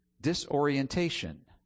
disorientation